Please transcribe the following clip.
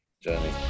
journey